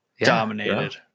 dominated